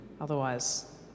Otherwise